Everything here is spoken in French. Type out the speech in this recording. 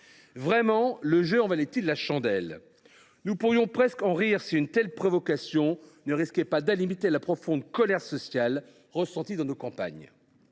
gagnants. Le jeu en valait il la chandelle ? Nous pourrions presque en rire si une telle provocation ne risquait d’alimenter la profonde colère sociale ressentie dans nos campagnes.